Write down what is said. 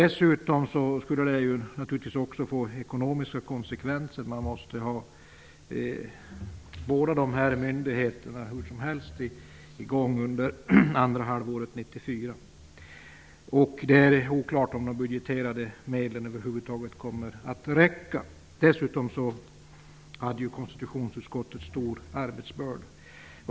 Dessutom skulle det naturligtvis också få ekonomiska konsekvenser; man måste hur som helst hålla båda dessa myndigheter i gång under andra havlåret 1994. Men det var oklart om de budgeterade medlen kommer att räcka. Konstitutionsutskottet hade också en stor arbetsbörda.